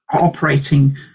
operating